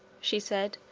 she said,